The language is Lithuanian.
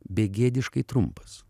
begėdiškai trumpas